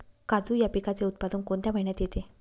काजू या पिकाचे उत्पादन कोणत्या महिन्यात येते?